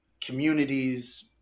communities